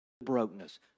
brokenness